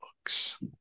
books